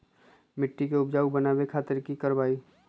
मिट्टी के उपजाऊ बनावे खातिर की करवाई?